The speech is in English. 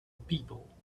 people